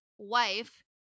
wife